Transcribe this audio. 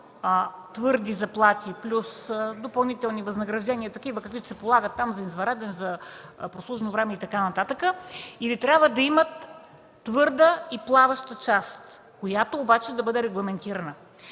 твърди заплати плюс допълнителни възнаграждения, каквито се полагат за извънреден труд, за прослужено време и така нататък, или трябва да имат твърда и плаваща част, която обаче да бъде регламентирана.